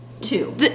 Two